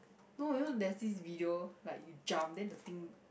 no you know there's this video like you jump then the thing